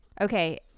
Okay